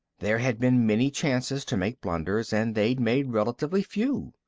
there had been many chances to make blunders and they'd made relatively few.